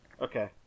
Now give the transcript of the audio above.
Okay